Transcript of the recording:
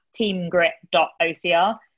teamgrit.ocr